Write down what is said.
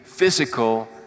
physical